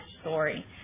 story